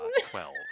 Twelve